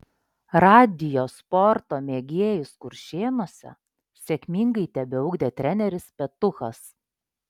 radijo sporto mėgėjus kuršėnuose sėkmingai tebeugdė treneris petuchas